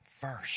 first